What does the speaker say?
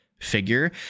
figure